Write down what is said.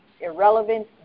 irrelevant